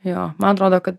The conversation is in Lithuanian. jo man atrodo kad